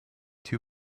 two